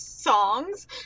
Songs